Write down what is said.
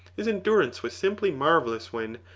his endurance was simply marvellous when,